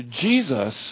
Jesus